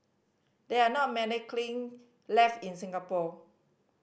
there are not many kiln left in Singapore